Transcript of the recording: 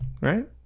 Right